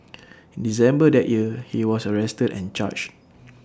December that year he was arrested and charged